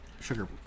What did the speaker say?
sugar